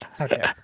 Okay